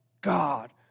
God